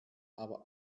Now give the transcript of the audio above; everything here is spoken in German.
aber